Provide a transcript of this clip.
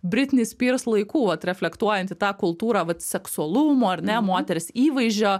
brinti spyrs laikų vat reflektuojant į tą kultūrą vat seksualumo ar ne moters įvaizdžio